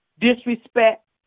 disrespect